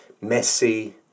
Messy